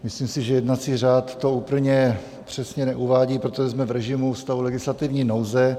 Myslím si, že jednací řád to úplně přesně neuvádí, protože jsme v režimu stavu legislativní nouze.